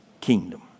kingdom